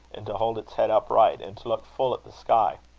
and to hold its head upright, and to look full at the sky.